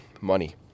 Money